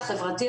החברתי,